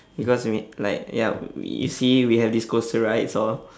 because you need like ya we see we have these coaster rides all